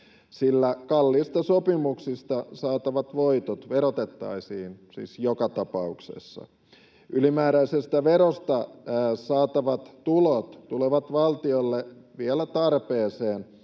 sillä kalliista sopimuksista saatavat voitot verotettaisiin siis joka tapauksessa. Ylimääräisestä verosta saatavat tulot tulevat valtiolle vielä tarpeeseen